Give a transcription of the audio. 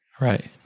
Right